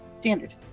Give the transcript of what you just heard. standard